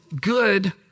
good